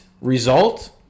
result